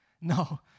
No